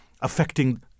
affecting